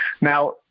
Now